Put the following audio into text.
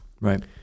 Right